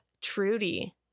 Trudy